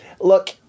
Look